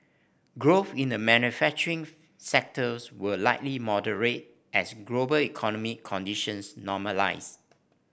growth in the manufacturing sectors will likely moderate as global economic conditions normalise